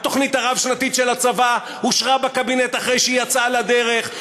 התוכנית הרב-שנתית של הצבא אושרה בקבינט אחרי שהיא יצאה לדרך.